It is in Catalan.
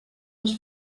els